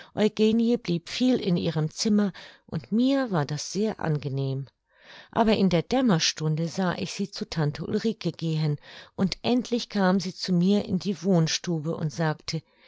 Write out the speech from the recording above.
blieb viel in ihrem zimmer und mir war das sehr angenehm aber in der dämmerstunde sah ich sie zu tante ulrike gehen und endlich kam sie zu mir in die wohnstube und sagte